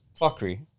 fuckery